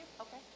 Okay